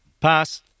Pass